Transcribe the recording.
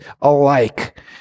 alike